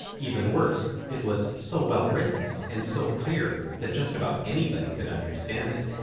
even worse, it was so well written and so clear that just about anybody could understand it.